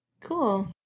cool